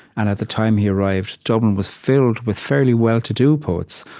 and at the time he arrived, dublin was filled with fairly well-to-do poets,